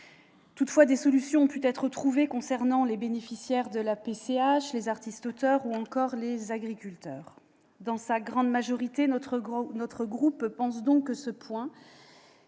Toutefois, des solutions ont pu être trouvées concernant les bénéficiaires de la PCH, les artistes-auteurs, ou encore les agriculteurs. Dans sa grande majorité, mon groupe pense donc que les